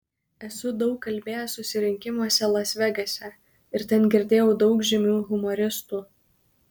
esu daug kalbėjęs susirinkimuose las vegase ir ten girdėjau daug žymių humoristų